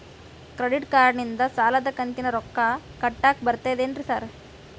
Credit ಕಾರ್ಡನಿಂದ ಸಾಲದ ಕಂತಿನ ರೊಕ್ಕಾ ಕಟ್ಟಾಕ್ ಬರ್ತಾದೇನ್ರಿ ಸಾರ್?